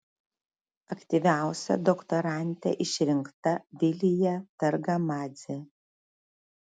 aktyviausia doktorante išrinkta vilija targamadzė